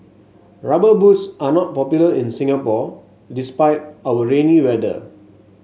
rubber boots are not popular in Singapore despite our rainy weather